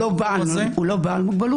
לא בעל.